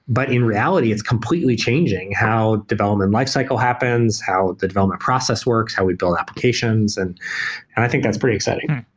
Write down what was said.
but in reality it's completely changing how development life cycle happens, how the development process works, how we build applications. and and i think that's pretty exciting.